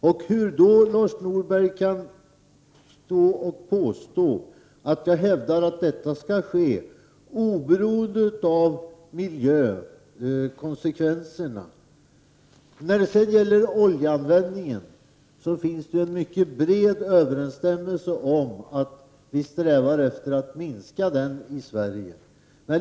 Hur kan då Lars Norberg säga att jag hävdat att prospekteringen skall ske obereoende av miljökonsekvenserna? Det finns en mycket bred enighet om att vi i Sverige strävar efter att minska oljeanvändningen.